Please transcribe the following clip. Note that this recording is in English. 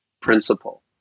principle